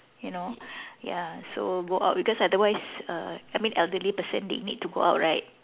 you know ya so go out because otherwise uh I mean elderly person they need to go out right